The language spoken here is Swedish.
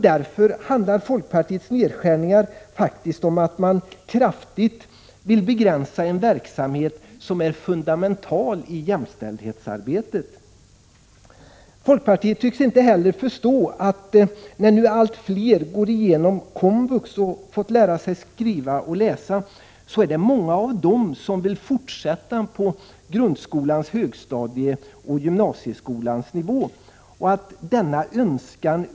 Därför handlar folkpartiets nedskärningar faktiskt om att kraftigt begränsa en verksamhet som är fundamental i jämställdshetsarbetet. Folkpartiet tycks inte heller förstå att när nu allt fler gått igenom komvux och fått lära sig skriva och läsa, är det många som vill fortsätta på grundskolans högstadium och på gymnasieskolan samt att denna önskan Prot.